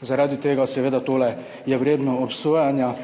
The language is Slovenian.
Zaradi tega je seveda tole vredno obsojanja